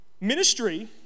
ministry